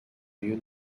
you